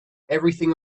everything